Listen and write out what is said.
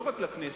לא רק לכנסת,